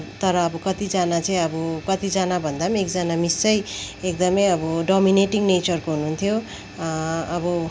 तर अब कतिजना चाहिँ अब कतिजना भन्दा पनि एकजना मिस चाहिँ एकदमै अब डमिनेटिङ नेचरको हुनुहुन्थ्यो अब